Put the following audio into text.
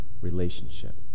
relationship